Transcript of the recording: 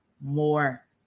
more